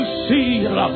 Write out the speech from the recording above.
see